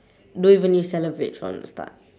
don't even need celebrate from the start